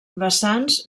vessants